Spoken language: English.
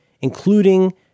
including